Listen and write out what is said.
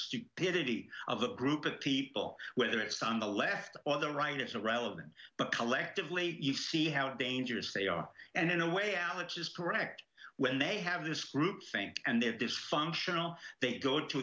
stupidity of a group of people whether it's on the left or the right it's irrelevant but collectively you see how dangerous they are and in a way out which is correct when they have this group think and they have dysfunctional they go to